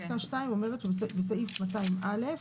(2)בסעיף 200(א)